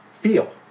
feel